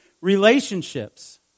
relationships